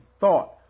thought